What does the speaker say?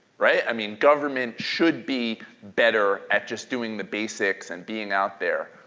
right? i mean government should be better at just doing the basics and being out there,